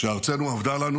כשארצנו אבדה לנו